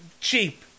cheap